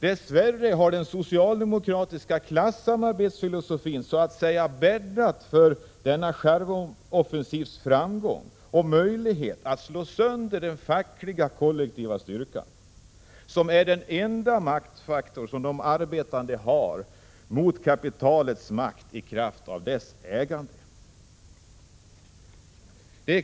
Dess värre har den socialdemokratiska klassamarbetsfilosofin så att säga bäddat för denna charmoffensivs framgång och dess möjligheter att slå sönder den fackliga kollektiva styrkan, som är den enda maktfaktor de arbetande har mot kapitalets makt i kraft av dess ägande.